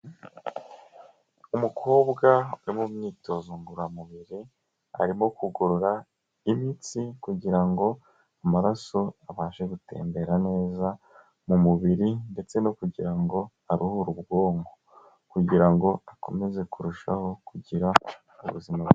Umukobwa uri mu myitozo ngororamubiri, arimo kugorora imitsi kugira ngo amaraso abashe gutembera neza mu mubiri ndetse no kugira ngo aruhure ubwonko kugira ngo akomeze kurushaho kugira ubuzima bwiza.